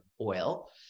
oil